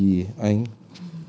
berus gigi I